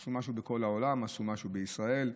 עשו משהו בכל העולם ועשו משהו בישראל.